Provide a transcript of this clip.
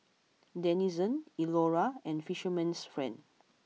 Denizen Iora and Fisherman's friend